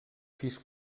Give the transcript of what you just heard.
sis